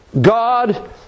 God